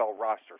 roster